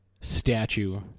statue